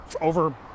over